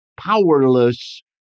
powerless